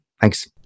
Thanks